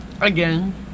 Again